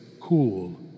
cool